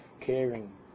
caring